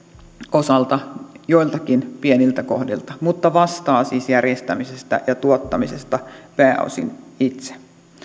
osalta joiltakin pieniltä kohdilta mutta vastaa siis järjestämisestä ja tuottamisesta pääosin itse